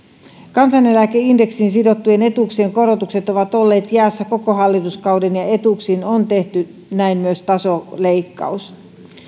kansaneläkeindeksiin sidottujen etuuksien korotukset ovat olleet jäässä koko hallituskauden ja etuuksiin on tehty näin myös tasoleikkaus